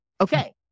okay